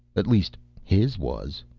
at least his was.